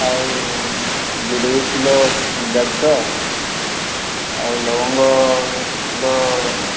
ଆଉ ଜିଲେବି କିଲୋ ଦେଢ଼ ଶହ ଆଉ ଲବଙ୍ଗ କିଲୋ